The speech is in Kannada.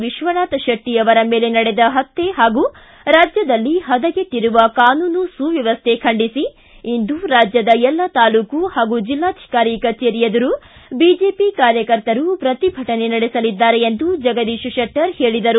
ವಿಶ್ವನಾಥ ಶೆಟ್ಟ ಅವರ ಮೇಲೆ ನಡೆದ ಹತ್ಯೆ ಹಾಗೂ ರಾಜ್ಯದಲ್ಲಿ ಹದಗೆಟ್ಟಿರುವ ಕಾನೂನು ಸುವ್ಕವಸ್ವೆ ಖಂಡಿಸಿ ಇಂದು ರಾಜ್ಯದ ಎಲ್ಲ ತಾಲೂಕು ಹಾಗೂ ಜಿಲ್ಲಾಧಿಕಾರಿ ಕಚೇರಿ ಎದುರು ಬಿಜೆಪಿ ಕಾರ್ಯಕರ್ತರು ಪ್ರತಿಭಟನೆ ನಡೆಸಲಿದ್ದಾರೆ ಎಂದು ಜಗದೀಶ ಶೆಟ್ಟರ್ ಹೇಳಿದರು